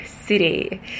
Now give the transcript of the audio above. City